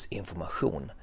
information